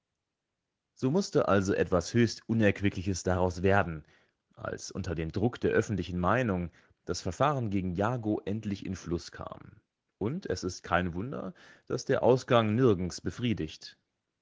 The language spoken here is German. so mußte also etwas höchst unerquickliches daraus werden als unter dem druck der öffentlichen meinung das verfahren gegen jagow endlich in fluß kam und es ist kein wunder daß der ausgang nirgends befriedigt